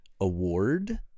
award